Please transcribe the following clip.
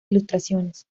ilustraciones